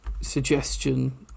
suggestion